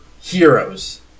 Heroes